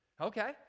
Okay